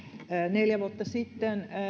neljä vuotta sitten